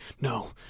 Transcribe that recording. no